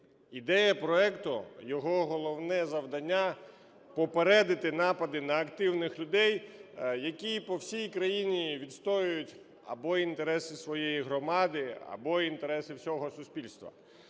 Ідея проекту, його головне завдання – попередити напади на активних людей, які по всій країні відстоюють або інтереси своєї громади, або інтереси всього суспільства.